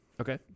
Okay